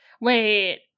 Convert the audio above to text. Wait